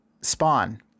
spawn